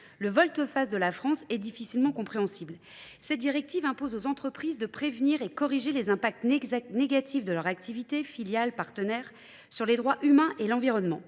Le volte-face de la France est difficilement compréhensible. Ces directives imposent aux entreprises de prévenir et corriger les impacts négatifs de leur activité filiale, partenaire, sur les droits humains et l'environnement.